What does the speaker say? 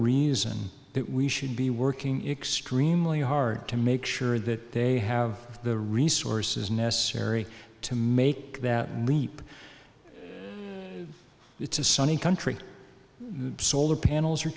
reason that we should be working extrude hard to make sure that they have the resources necessary to make that leap it's a sunny country the solar panels are